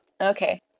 okay